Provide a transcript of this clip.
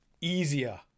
easier